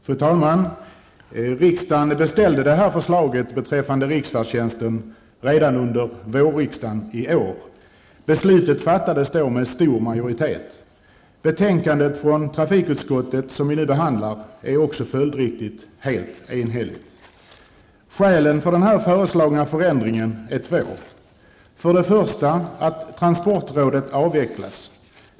Fru talman! Riksdagen beställde det här förslaget beträffande riksfärdtjänsten redan under vårriksdagen i år. Beslutet fattades då med stor majoritet. Betänkandet från trafikutskottet, som vi nu behandlar, är också följdriktigt helt enhälligt. Skälet för den här föreslagna förändringen är först och främst att transportrådet avvecklas.